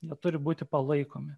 jie turi būti palaikomi